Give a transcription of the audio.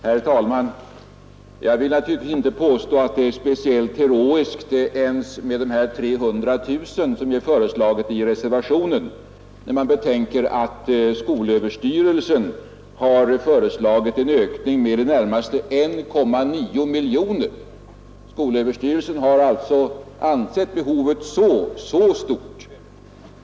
Herr talman! Jag vill naturligtvis inte påstå att det är speciellt heroiskt ens med de 300 000 kronor som vi föreslagit i vår reservation, när man betänker att skolöverstyrelsen har föreslagit en ökning med i det närmaste 1,9 miljoner. Skolöverstyrelsen har alltså ansett behovet så stort.